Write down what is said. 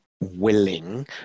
willing